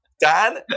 Dan